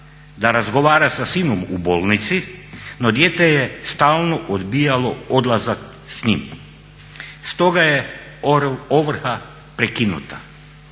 da razgovara sa sinom u bolnici no dijete je stalno odbijalo odlazak s njim. Stoga je ovrha prekinuta.